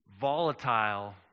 volatile